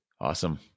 Awesome